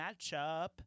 matchup